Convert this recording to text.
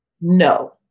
No